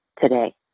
today